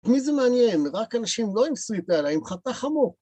את מי זה מעניין? רק אנשים לא עם שריטה, עם חטא חמור